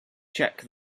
check